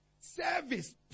Service